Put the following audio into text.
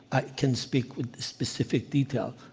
i can speak with specific detail.